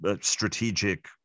strategic